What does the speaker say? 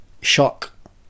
Shock